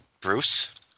Bruce